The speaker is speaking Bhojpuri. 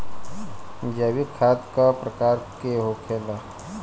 जैविक खाद का प्रकार के होखे ला?